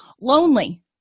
Lonely